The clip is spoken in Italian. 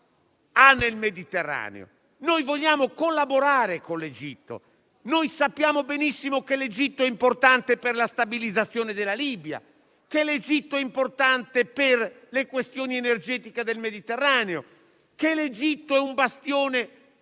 ha nel Mediterraneo. Noi vogliamo collaborare con l'Egitto. Noi sappiamo benissimo che l'Egitto è importante per la stabilizzazione della Libia, per le questioni energetiche del Mediterraneo, sappiamo che l'Egitto è un bastione